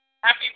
Happy